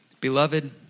Beloved